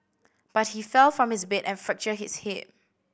but he fell from his bed and fractured his hip